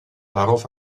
darauf